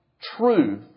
truth